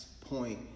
point